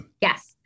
Yes